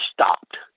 stopped